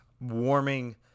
warming